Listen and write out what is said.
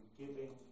giving